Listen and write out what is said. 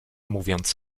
mówiąc